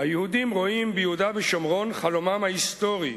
היהודים רואים ביהודה ושומרון חלומם ההיסטורי.